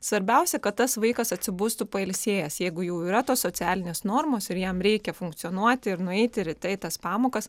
svarbiausia kad tas vaikas atsibustų pailsėjęs jeigu jau yra tos socialinės normos ir jam reikia funkcionuoti ir nueiti ryte į tas pamokas